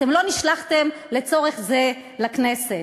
אתם לא נשלחתם לצורך זה לכנסת.